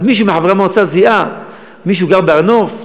אז מישהו מחברי המועצה זיהה: מישהו גר בהר-נוף,